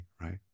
right